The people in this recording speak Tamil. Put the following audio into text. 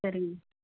சரிங்க